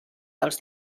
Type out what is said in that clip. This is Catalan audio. dels